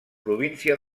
província